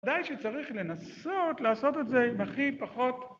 ודאי שצריך לנסות לעשות את זה עם הכי פחות